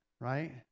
right